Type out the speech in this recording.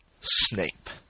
Snape